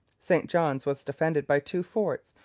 st john's was defended by two forts,